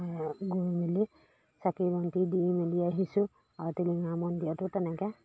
গৈ মেলি চাকি বন্তি দি মেলি আহিছোঁ আৰু টিলিঙা মন্দিৰটো তেনেকৈ